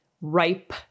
ripe